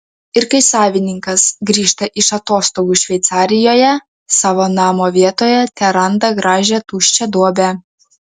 ir kai savininkas grįžta iš atostogų šveicarijoje savo namo vietoje teranda gražią tuščią duobę